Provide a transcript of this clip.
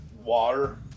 water